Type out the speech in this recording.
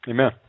Amen